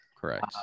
Correct